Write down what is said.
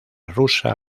rusa